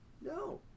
No